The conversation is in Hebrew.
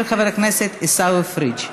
של חבר הכנסת עיסאווי פריג',